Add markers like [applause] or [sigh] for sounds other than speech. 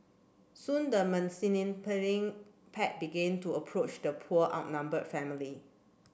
soon the [unintelligible] pack began to approach the poor outnumbered family